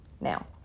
now